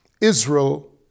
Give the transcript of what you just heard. Israel